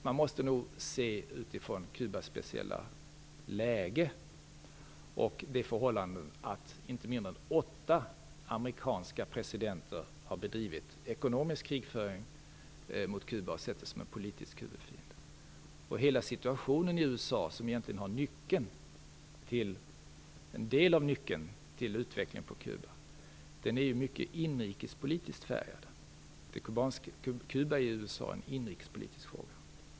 Man måste nog se till Kubas speciella läge och det förhållandet att inte mindre än åtta amerikanska presidenter har bedrivit ekonomisk krigföring mot Kuba och sett Kuba som en politisk huvudfiende. I USA, som ju har en stor del av nyckeln till utvecklingen på Kuba, är Kubas situation en inrikespolitisk fråga.